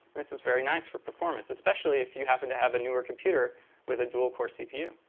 this is very nice for performance, especially if you happen to have a newer computer with a dual core cpu.